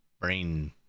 brain